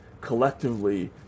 collectively